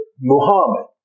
Muhammad